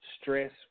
stress